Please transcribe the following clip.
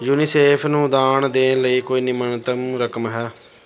UNICEF ਨੂੰ ਦਾਨ ਦੇਣ ਲਈ ਕੋਈ ਨਿਮਨਤਮ ਰਕਮ ਹੈ